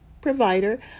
provider